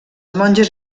monges